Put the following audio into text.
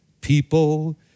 People